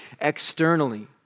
externally